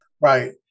Right